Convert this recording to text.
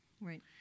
Right